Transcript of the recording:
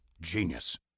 Genius